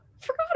forgot